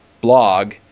blog